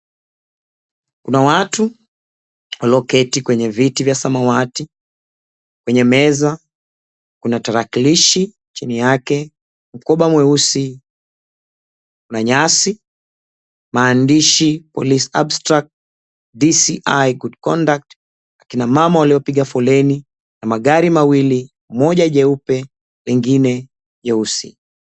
Kuna watu walioketi kwenye viti vya samawati. Kwenye meza, kuna tarakilishi, chini yake mkoba mweusi. Kuna nyasi, maandishi (police abstract, DCI ,good conduct),kina mama waliopiga foleni na magari mawili moja jeupe lingine jeusi.